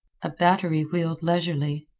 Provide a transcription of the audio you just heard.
a battery wheeled leisurely.